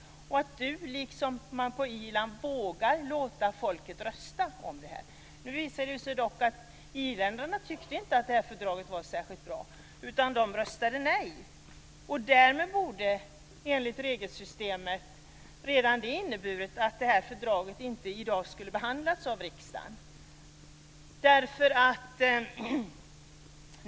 Det borde vara självklart att man här, liksom på Irland, vågar låta folket rösta om detta. Nu visade det sig dock att irländarna inte tyckte att det här fördraget var särskilt bra. De röstade nej. Enligt regelsystemet borde redan det ha inneburit att det här fördraget inte skulle behandlas av riksdagen i dag.